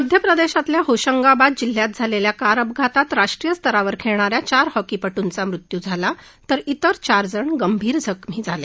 मध्य प्रदेशातल्या होशंगाबाद जिल्ह्यात झालेल्या कार अपघातात राष्ट्रीय स्तरावर खेळणा या चार हॉकीपटुंचा मृत्यू झाला तर ित्र चार जण गंभीर जखमी झाले